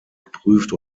geprüft